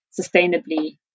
sustainably